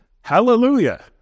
hallelujah